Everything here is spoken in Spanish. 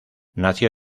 nació